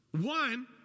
One